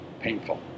painful